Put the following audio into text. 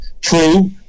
true